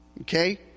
okay